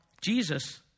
Jesus